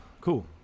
Cool